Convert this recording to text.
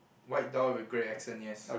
white dog with grey accent yes